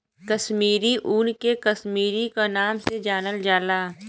कसमीरी ऊन के कसमीरी क नाम से जानल जाला